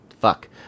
fuck